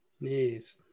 Yes